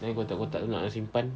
then kotak-kotak tu nak simpan